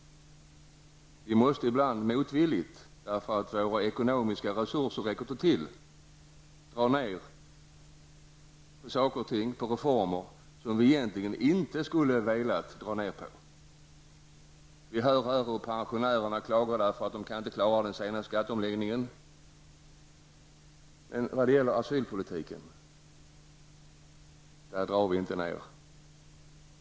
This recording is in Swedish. Vi måste ibland motvilligt, eftersom våra ekonomiska resurser inte räcker till, dra ned på saker och ting, t.ex. reformer, som vi egentligen inte hade velat dra ned på. Vi har här hört hur pensionärerna klagar för att de inte kan klara sig efter den senaste skatteomläggningen. Men när det gäller asylpolitiken drar vi inte ned.